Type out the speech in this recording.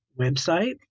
website